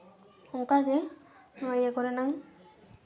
ᱚᱱᱠᱟᱜᱮ ᱤᱭᱟᱹ ᱠᱚᱨᱮᱱᱟᱝ